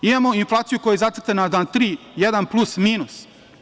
Imamo inflaciju koja je zacrtana na 3 jedan plus, minus.